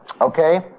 okay